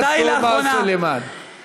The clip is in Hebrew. והציבור ששלח אותך אתה?